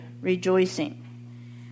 rejoicing